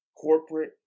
corporate